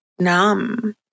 numb